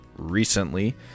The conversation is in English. recently